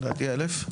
לדעתי 1,000,